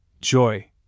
joy